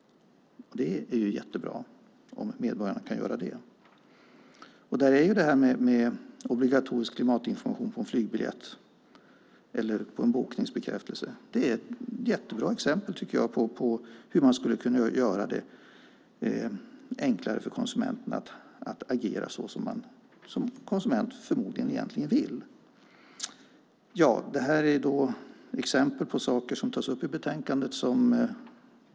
Det är jättebra om medborgarna kan göra det. Obligatorisk klimatinformation på en flygbiljett eller bokningsbekräftelse är ett bra exempel på hur man skulle kunna göra det enklare för konsumenterna att agera såsom man förmodligen egentligen vill som konsument. Detta är exempel på saker som tas upp i betänkandet.